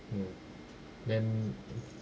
mm then